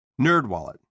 NerdWallet